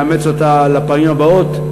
לאמץ אותה לפעמים הבאות,